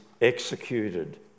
executed